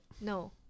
no